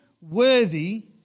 worthy